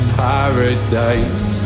paradise